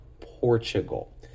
Portugal